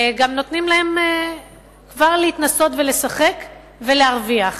וגם נותנים להם כבר להתנסות ולשחק ולהרוויח.